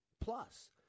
plus